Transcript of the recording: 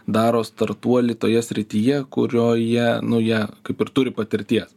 daro startuolį toje srityje kurioje nu jie kaip ir turi patirties